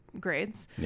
grades